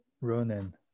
Ronan